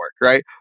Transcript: right